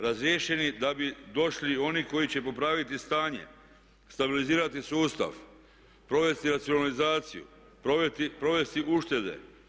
Razriješeni da bi došli oni koji će popraviti stanje, stabilizirati sustav, provesti racionalizaciju, provesti uštede.